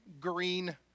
green